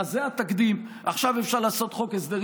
כן, אז אני רוצה לומר, חבר הכנסת לוין,